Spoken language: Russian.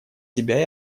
себя